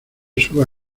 suba